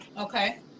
Okay